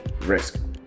risk